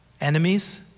Enemies